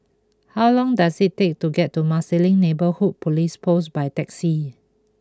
how long does it take to get to Marsiling Neighbourhood Police Post by taxi